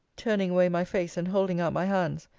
turning away my face, and holding out my hands,